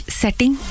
setting